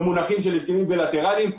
במונחים של הסכמים בילטרליים.